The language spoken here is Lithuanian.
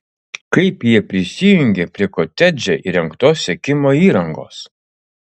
kaip jie prisijungė prie kotedže įrengtos sekimo įrangos